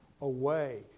away